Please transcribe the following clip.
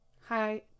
Hi